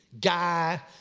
guy